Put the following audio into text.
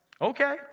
Okay